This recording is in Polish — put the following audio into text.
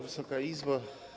Wysoka Izbo!